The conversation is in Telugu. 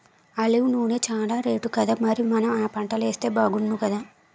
ఆలివ్ నూనె చానా రేటుకదా మరి మనం ఆ పంటలేస్తే బాగుణ్ణుకదా